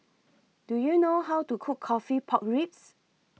Do YOU know How to Cook Coffee Pork Ribs